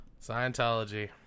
Scientology